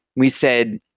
we said,